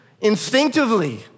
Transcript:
instinctively